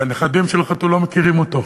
כי הנכדים של החתול לא מכירים אותו,